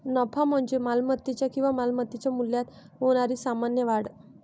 नफा म्हणजे मालमत्तेच्या किंवा मालमत्तेच्या मूल्यात होणारी सामान्य वाढ